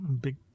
big